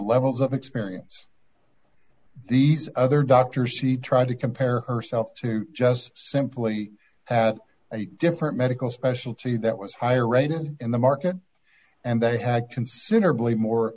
levels of experience these other doctors she tried to compare herself to just simply had a different medical specialty that was higher rated in the market and they had considerably more